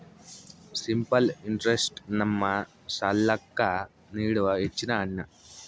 simple interest ನಮ್ಮ ಸಾಲ್ಲಾಕ್ಕ ನೀಡುವ ಹೆಚ್ಚಿನ ಹಣ್ಣ